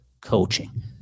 coaching